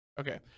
Okay